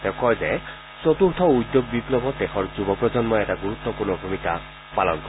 তেওঁ কয় যে চতূৰ্থ উদ্যোগ বিপ্লৱত দেশৰ যুৱ প্ৰজন্মই এটা গুৰুত্বপূৰ্ণ ভূমিকা পালন কৰিব